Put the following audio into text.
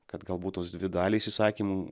kad galbūt tos dvi dalys įsakymų